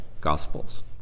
gospels